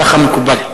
ככה מקובל.